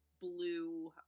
blue